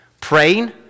Praying